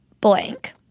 blank